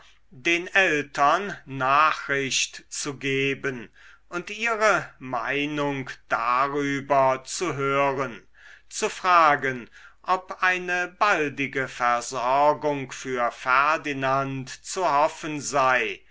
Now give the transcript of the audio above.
den eltern nachricht zu geben und ihre meinung darüber zu hören zu fragen ob eine baldige versorgung für ferdinand zu hoffen sei